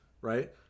right